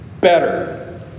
better